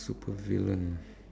supervillain